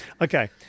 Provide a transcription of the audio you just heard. Okay